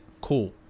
cool